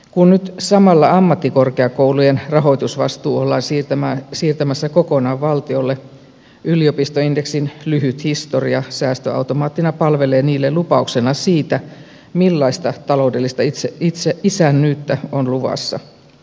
kun nyt samalla ammattikorkeakoulujen rahoitusvastuu ollaan siirtämässä kokonaan valtiolle yliopistoindeksin lyhyt historia säästöautomaattina palvelee niille lupauksena siitä millaista taloudellista isännyyttä on luvassa